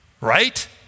right